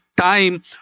time